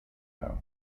though